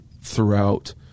throughout